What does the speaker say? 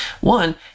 one